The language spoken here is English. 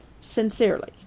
Sincerely